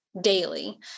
daily